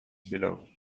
below